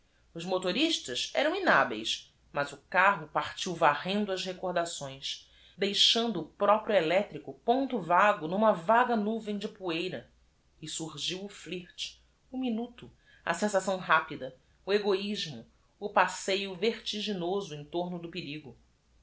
os motoristas eram inhabeis mas o carro part i u varrendo as recordações deixando o próprio electrico ponto vago numa vaga nuvem de poeira e surgiu o flirt o minuto a sensação rápida o egoismo o passeio vertiginoso em torno do perigo